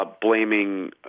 Blaming